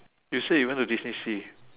you said you went to DisneySea